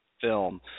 film